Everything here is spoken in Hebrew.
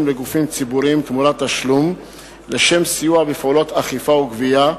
לגופים ציבוריים תמורת תשלום לשם סיוע בפעולות אכיפה וגבייה.